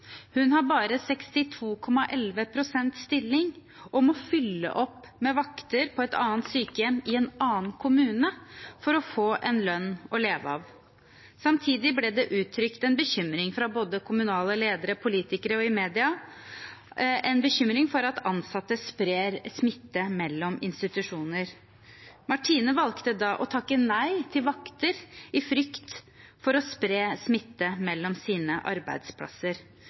Hun har bare 62,11 pst. stilling og må fylle opp med vakter på et annet sykehjem i en annen kommune for å få en lønn å leve av. Samtidig ble det uttrykt en bekymring fra både kommunale ledere, politikere og medier for at ansatte spredde smitte mellom institusjoner. Martine valgte da å takke nei til vakter i frykt for å spre smitte mellom sine arbeidsplasser.